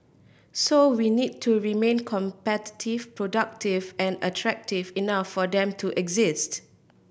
so we need to remain competitive productive and attractive enough for them to exist